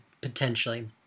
potentially